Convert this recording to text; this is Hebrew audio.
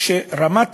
שרמת